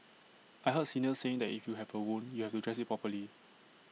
I heard seniors saying that if you have A wound you have to dress IT properly